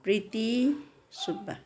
Preeti Subba